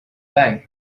bank